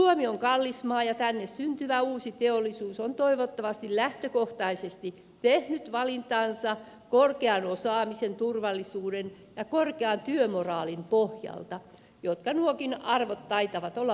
suomi on kallis maa ja tänne syntyvä uusi teollisuus on toivottavasti lähtökohtaisesti tehnyt valintansa korkean osaamisen turvallisuuden ja korkean työmoraalin pohjalta jotka nuokin arvot taitavat olla pian mennyttä